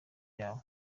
yabo